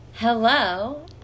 Hello